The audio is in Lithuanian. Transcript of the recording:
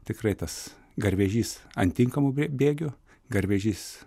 tikrai tas garvežys ant tinkamų bė bėgių garvežys